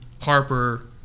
Harper